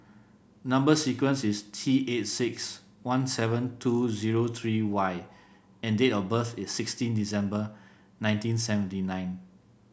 number sequence is T eight six one seven two zero three Y and date of birth is sixteen December nineteen seventy nine